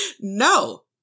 No